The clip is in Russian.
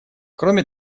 кроме